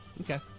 Okay